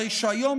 הרי היום,